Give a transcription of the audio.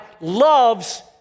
loves